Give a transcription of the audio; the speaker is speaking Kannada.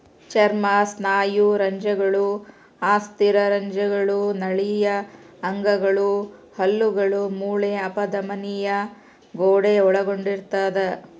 ಚರ್ಮ ಸ್ನಾಯುರಜ್ಜುಗಳು ಅಸ್ಥಿರಜ್ಜುಗಳು ನಾಳೀಯ ಅಂಗಗಳು ಹಲ್ಲುಗಳು ಮೂಳೆ ಅಪಧಮನಿಯ ಗೋಡೆ ಒಳಗೊಂಡಿರ್ತದ